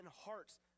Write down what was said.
hearts